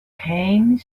came